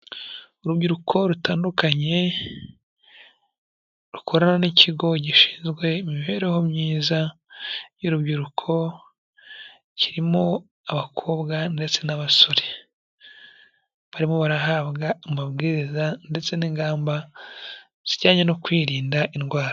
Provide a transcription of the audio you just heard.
Urubyiruko rutandukanye, rukorana n'ikigo gishinzwe imibereho myiza y'urubyiruko, kirimo abakobwa ndetse n'abasore, barimo barahabwa amabwiriza ndetse n'ingamba zijyanye no kwirinda indwara.